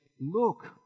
look